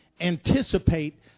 anticipate